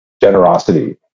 generosity